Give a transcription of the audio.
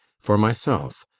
for myself,